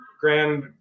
grand